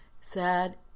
sad